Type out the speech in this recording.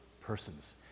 persons